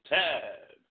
time